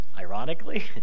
Ironically